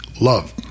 love